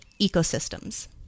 ecosystems